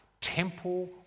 temple